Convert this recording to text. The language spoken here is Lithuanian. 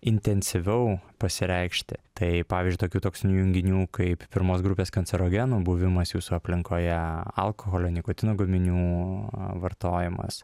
intensyviau pasireikšti tai pavyzdžiui tokių toksinių junginių kaip pirmos grupės kancerogenų buvimas jūsų aplinkoje alkoholio nikotino gaminių vartojimas